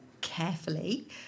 carefully